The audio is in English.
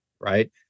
Right